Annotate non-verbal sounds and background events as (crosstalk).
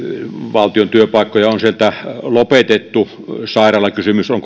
valtion työpaikkoja on sieltä lopetettu sairaalakysymys on (unintelligible)